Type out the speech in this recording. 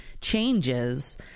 Changes